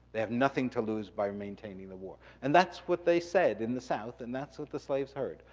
they have nothing to lose by maintaining the war. and that's what they said in the south and that's what the slaves heard.